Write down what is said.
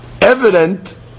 evident